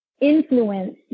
influence